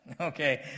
Okay